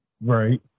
Right